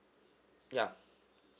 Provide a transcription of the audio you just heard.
ya